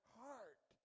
heart